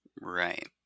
Right